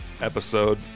episode